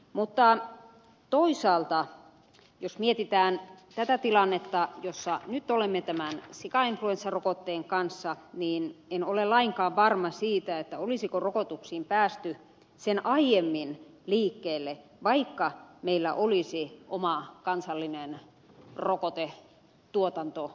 mutta toisaalta jos mietitään tätä tilannetta jossa nyt olemme tämän sikainfluenssarokotteen kanssa niin en ole lainkaan varma siitä olisiko rokotuksissa päästy sen aiemmin liikkeelle vaikka meillä olisi oma kansallinen rokotetuotanto olemassa